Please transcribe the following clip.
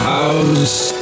House